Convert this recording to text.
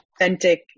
authentic